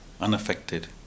unaffected